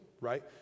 right